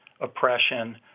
oppression